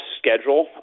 schedule